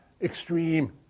extreme